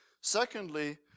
Secondly